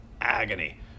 agony